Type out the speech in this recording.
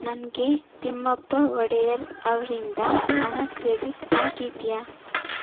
ನನಗೆ ತಿಮ್ಮಪ್ಪ ಒಡೆಯರ್ ಅವರಿಂದ ಹಣ ಕ್ರೆಡಿಟ್ ಆಗಿದೆಯಾ